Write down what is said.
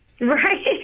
Right